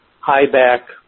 high-back